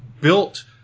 built